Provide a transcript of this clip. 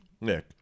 Nick